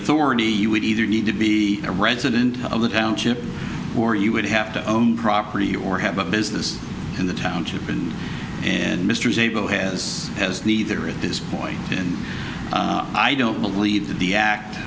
authority you would either need to be a resident of the township or you would have to own property or have a business in the township and and mr zabel has as neither at this point and i don't believe that the act